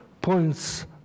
points